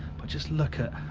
but just look at,